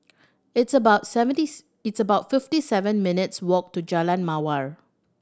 it's about seventy it's about fifty seven minutes' walk to Jalan Mawar